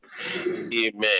amen